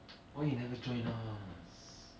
why you never join us